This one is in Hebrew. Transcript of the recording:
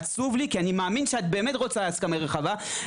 העם שהצביע בבחירות לשלטון שנבחר.